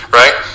right